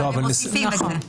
אבל הם מוסיפים את זה.